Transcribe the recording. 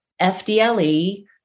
FDLE